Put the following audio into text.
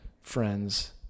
friends